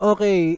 Okay